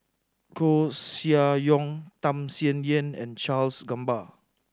Koeh Sia Yong Tham Sien Yen and Charles Gamba